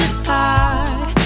apart